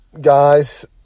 guys